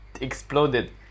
exploded